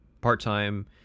Part-time